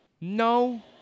No